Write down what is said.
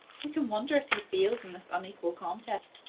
who can wonder if he fails in this unequal contest?